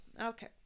okay